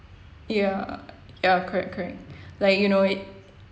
ya ya correct correct like you know